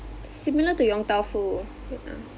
similar to yong tau foo ya